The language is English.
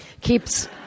Keeps